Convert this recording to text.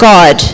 God